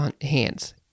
hands